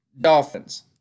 Dolphins